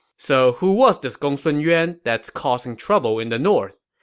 so who was this gongsun yuan that's causing trouble in the north?